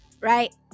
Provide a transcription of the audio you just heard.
Right